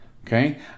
Okay